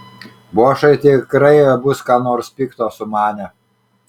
bošai tikrai bus ką nors pikto sumanę